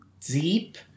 deep